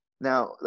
now